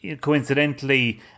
coincidentally